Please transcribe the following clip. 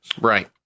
Right